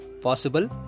possible